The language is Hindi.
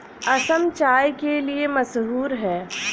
असम चाय के लिए मशहूर है